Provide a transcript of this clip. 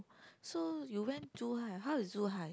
so you went Zhu-Hai how is Zhu-Hai